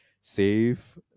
save